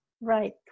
Right